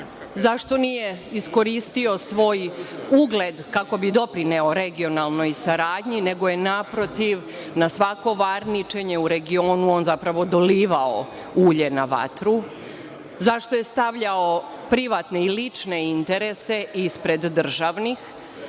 Zašto nije iskoristio svoj ugled kako bi doprineo regionalnoj saradnji, nego je naprotiv na svako varničenje u regionu on zapravo dolivao ulje na vatru.Zašto je stavljao privatne i lične interese ispred državnih,